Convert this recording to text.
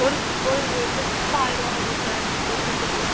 ஒரு ஒரு டிரெஸ் ஆயரூவா வரும் சார் ஒரு செட்டுக்கு